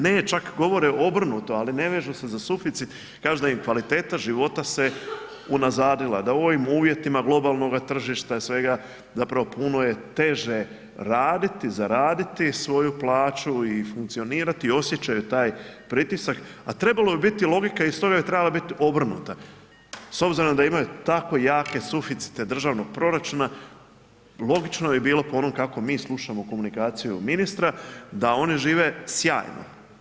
Ne, čak govore obrnuto ali ne vežu se za suficit, kažu da im kvaliteta života se unazadila, da u ovim uvjetima globalnoga tržišta i svega zapravo puno je teže raditi, zaraditi svoju plaću i funkcionirati, osjećaju taj pritisak a trebalo bi biti logika i stoga je trebala biti obrnuta s obzirom da imaju tako jake suficite državnog proračuna logično bi bilo po onom kako mi slušamo komunikaciju ministra da oni žive sjajno.